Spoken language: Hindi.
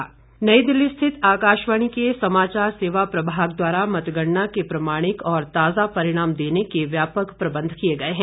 आकाशवाणी नई दिल्ली स्थित आकाशवाणी के समाचार सेवा प्रभाग द्वारा मतगणना के प्रमाणिक और ताजा परिणाम देने के व्यापक प्रबंध किए गए हैं